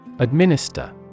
Administer